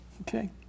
Okay